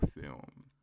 film